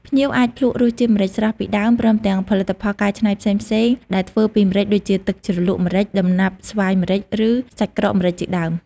ភ្ញៀវអាចភ្លក្សរសជាតិម្រេចស្រស់ពីដើម ព្រមទាំងផលិតផលកែច្នៃផ្សេងៗដែលធ្វើពីម្រេច ដូចជាទឹកជ្រលក់ម្រេច ដំណាប់ស្វាយម្រេច ឬសាច់ក្រកម្រេចជាដើម ។